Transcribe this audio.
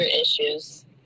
issues